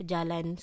Jalan